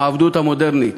"העבדות המודרנית".